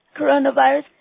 coronavirus